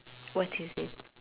what is it